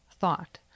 thought